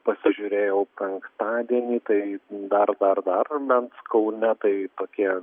pasižiūrėjau penktadienį tai dar dar dar bent kaune tai tokie